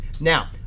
Now